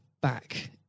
back